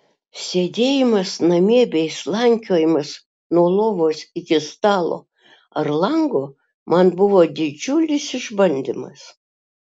sėdėjimas namie bei slankiojimas nuo lovos iki stalo ar lango man buvo didžiulis išbandymas